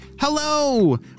hello